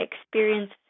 experience